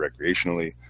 recreationally